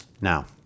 Now